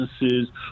businesses